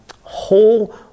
whole